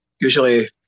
usually